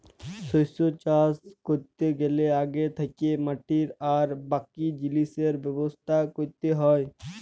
শস্য চাষ ক্যরতে গ্যালে আগে থ্যাকেই মাটি আর বাকি জিলিসের ব্যবস্থা ক্যরতে হ্যয়